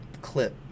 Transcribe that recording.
clip